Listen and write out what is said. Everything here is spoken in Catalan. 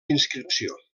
inscripció